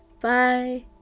Bye